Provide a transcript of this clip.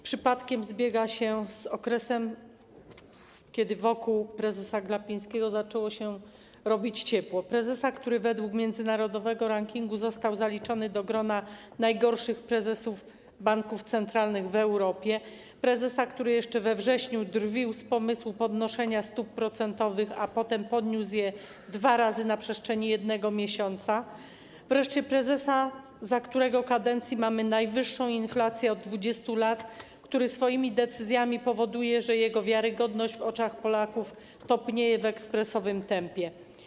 Przypadkiem zbiega się to z okresem, kiedy zaczęło się robić ciepło wokół prezesa Glapińskiego - prezesa, który w międzynarodowym rankingu został zaliczony do grona najgorszych prezesów banków centralnych w Europie; prezesa, który jeszcze we wrześniu drwił z pomysłu podnoszenia stóp procentowych, a potem podniósł je dwa razy na przestrzeni miesiąca; wreszcie prezesa, za którego kadencji mamy najwyższą inflację od 20 lat i który swoimi decyzjami powoduje, że jego wiarygodność w oczach Polaków topnieje w ekspresowym tempie.